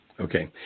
okay